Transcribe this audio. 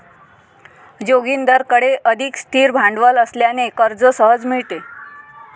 जोगिंदरकडे अधिक स्थिर भांडवल असल्याने कर्ज सहज मिळते